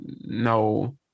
no